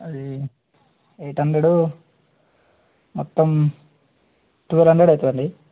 అది eight hundred మొత్తం twelve hundred అవుతుందండి